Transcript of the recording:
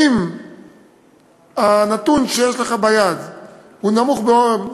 אם הנתון שיש לך ביד נמוך מאוד,